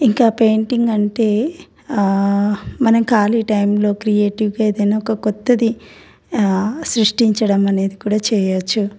ఇంకా పెయింటింగ్ అంటే మనం ఖాళీ టైంలో క్రియేటివ్గా ఏదైనా ఒక కొత్తది సృష్టించడం అనేది కూడా చేయొచ్చు